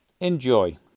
Enjoy